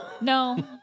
No